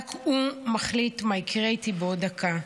רק הוא מחליט מה יקרה איתי בעוד דקה",